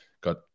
got